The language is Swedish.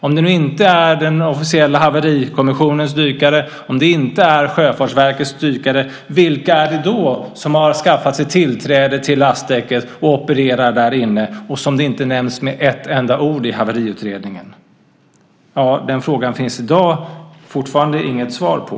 Om det nu inte är den officiella haverikommissionens dykare och om det inte är Sjöfartsverkets dykare, vilka är det då som har skaffat sig tillträde till lastdäcket och opererar där inne och som det inte nämns ett enda ord om i haveriutredningen? Den frågan finns det fortfarande inget svar på.